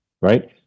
right